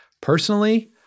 Personally